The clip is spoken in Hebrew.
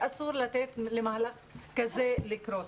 שאסור לתת למהלך כזה לקרות.